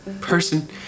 person